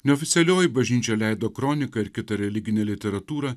neoficialioji bažnyčia leido kroniką ir kitą religinę literatūrą